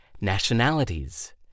nationalities